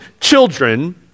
children